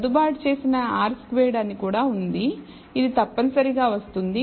సర్దుబాటు చేసిన r squared అని కూడా ఉంది ఇది తప్పనిసరిగా వస్తుంది